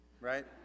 Right